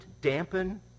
dampen